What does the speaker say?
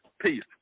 Peace